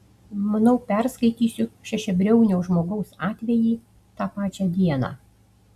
manau perskaitysiu šešiabriaunio žmogaus atvejį tą pačią dieną